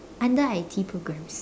under I_T programs